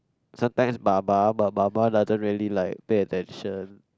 sometimes baba but baba doesn't really like pay attention